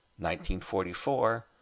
1944